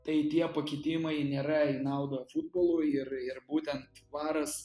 tai tie pakitimai nėra į naudą futbolui ir ir būtent varas